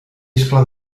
iscle